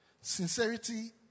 Sincerity